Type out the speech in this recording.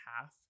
half